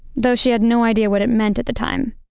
although she had no idea what it meant at the time.